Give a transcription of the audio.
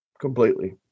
completely